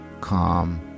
calm